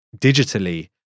digitally